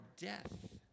death